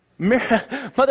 Mother